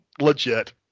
legit